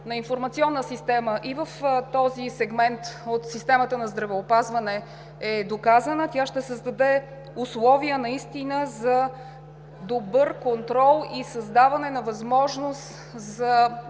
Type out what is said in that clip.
на информационна система и в този сегмент от системата на здравеопазване е доказана. Тя ще създаде условия за добър контрол и създаване на възможност за